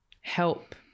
help